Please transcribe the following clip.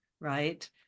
right